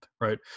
right